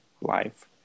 life